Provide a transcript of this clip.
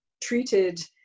treated